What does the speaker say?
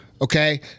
Okay